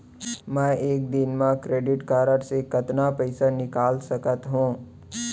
मैं एक दिन म क्रेडिट कारड से कतना पइसा निकाल सकत हो?